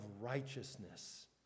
righteousness